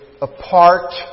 apart